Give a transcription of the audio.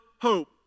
Hope